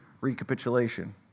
recapitulation